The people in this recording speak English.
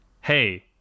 hey